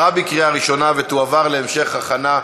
(התאמה תעסוקתית),